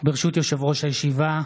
ברשות יושב-ראש הישיבה,